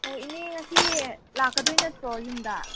ꯑꯣ ꯏꯅꯦ ꯉꯁꯤ ꯂꯥꯛꯀꯗꯣꯏ ꯅꯠꯇ꯭ꯔꯣ ꯌꯨꯝꯗ